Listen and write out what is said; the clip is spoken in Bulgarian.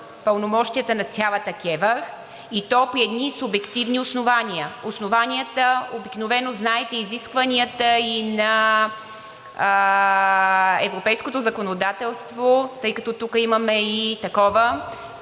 пълномощията на цялата КЕВР, и то при едни субективни основания. Основанията обикновено знаете, изискванията и на европейското законодателство, тъй като тук имаме и такова,